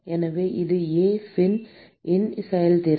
எனவே இது A fin இன் செயல்திறன்